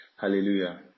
hallelujah